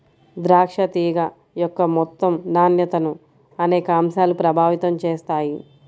ద్రాక్ష తీగ యొక్క మొత్తం నాణ్యతను అనేక అంశాలు ప్రభావితం చేస్తాయి